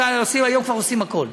היום כבר עושים הכול.